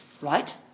right